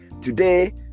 today